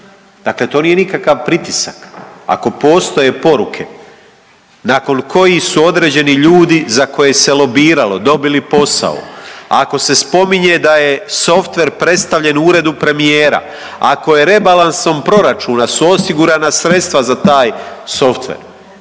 Dakle, to nije nikakav pritisak. Ako postoje poruke nakon kojih su određeni ljudi za koje se lobiralo dobili posao, ako se spominje da je softver predstavljen u uredu premijera, ako je rebalansom proračuna su osigurana sredstva za taj softver